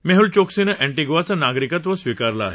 मेहल चोक्सीनं अँटिग्वाचं नागरिकत्व स्वीकारलं आहे